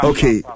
Okay